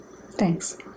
Thanks